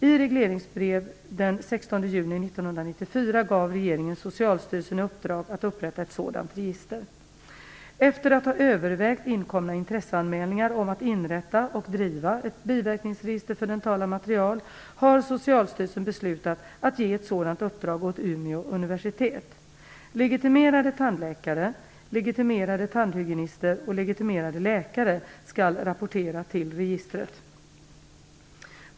I regleringsbrev den 16 juni 1994 gav regeringen Socialstyrelsen i uppdrag att upprätta ett sådant register. Efter att ha övervägt inkomna intresseanmälningar om att inrätta och driva ett biverkningsregister för dentala material har Socialstyrelsen beslutat att ge ett sådant uppdrag åt Umeå universitet. Legitimerade tandläkare, legitimerade tandhygienister och legitimerade läkare skall rapportera till registret.